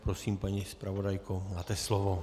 Prosím, paní zpravodajko, máte slovo.